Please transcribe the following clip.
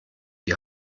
die